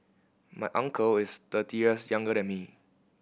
my uncle is thirty years younger than me